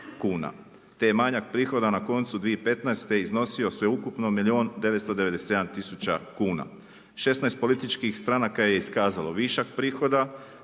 je manjak prihoda na koncu 2015 iznosio sveukupno milijun 997 tisuća kuna. 16 političkih stranaka je iskazalo višeg prihoda